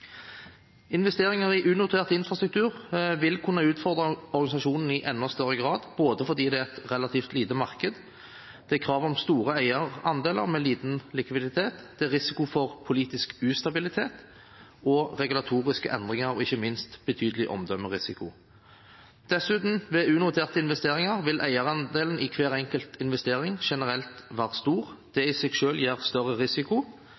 Investeringer i unotert infrastruktur vil kunne utfordre organisasjonen i enda større grad, både fordi det er et relativt lite marked, det er krav om store eierandeler med liten likviditet, det er risiko for politisk ustabilitet og regulatoriske endringer og ikke minst betydelig omdømmerisiko. Dessuten: Ved unoterte investeringer vil eierandelen i hver enkelt investering generelt være stor, og det i seg selv gir større risiko,